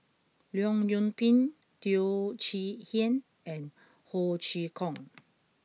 Leong Yoon Pin Teo Chee Hean and Ho Chee Kong